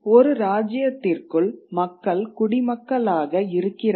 ஒரு இராச்சியத்திற்குள் மக்கள் குடிமக்களாக இருக்கிறார்கள்